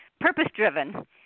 purpose-driven